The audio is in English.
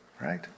right